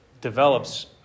develops